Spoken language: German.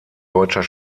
deutscher